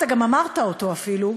אתה גם אמרת אותו אפילו,